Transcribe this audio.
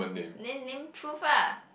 then then truth ah